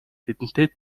тэдэнтэй